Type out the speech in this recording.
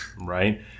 right